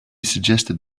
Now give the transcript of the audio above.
suggested